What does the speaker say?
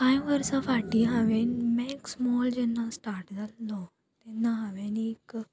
कांय वर्सां फाटीं हांवेंन मॅक्स मॉल जेन्ना स्टार्ट जाल्लो तेन्ना हांवेंन एक